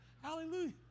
Hallelujah